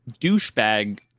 douchebag